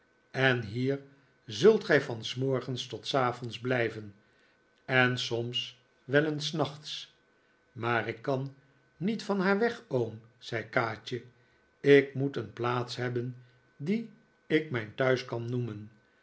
en hier zult gij van s morgens tot s avonds blijven en soms wel eens s nachts maar ik kan niet van haar weg oom zei kaatje ik moet een plaats hebben die ik mijn thuis kan noemen